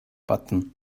button